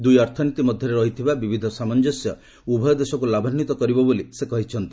ଦୁଇ ଅର୍ଥନୀତି ମଧ୍ୟରେ ରହିଥିବା ବିବିଧ ସାମଞ୍ଜସ୍ୟ ଉଭୟଦେଶକୁ ଲାଭାନ୍ଧିତ କରିବ ବୋଲି ସେ କହିଛନ୍ତି